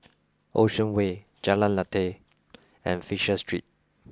Ocean Way Jalan Lateh and Fisher Street